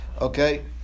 Okay